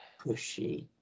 pushy